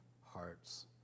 hearts